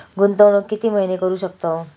गुंतवणूक किती महिने करू शकतव?